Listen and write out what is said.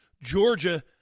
Georgia